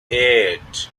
eight